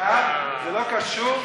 זה לא קשור.